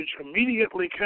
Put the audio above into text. immediately